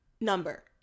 number